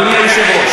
מדברים על ערך הבית.